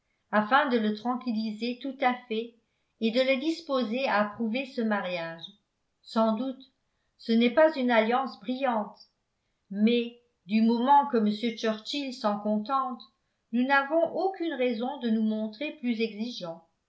afin de le tranquilliser tout à fait et de le disposer à approuver ce mariage sans doute ce n'est pas une alliance brillante mais du moment que m churchill s'en contente nous n'avons aucune raison de nous montrer plus exigeants